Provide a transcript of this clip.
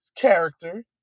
character